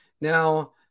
Now